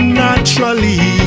naturally